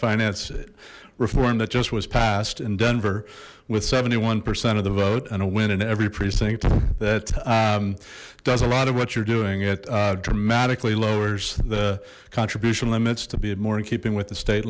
finance reform that just was passed in denver with seventy one percent of the vote and a win in every precinct that does a lot of what you're doing it dramatically lowers the contribution limits to be more in keeping with the state